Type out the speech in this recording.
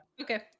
Okay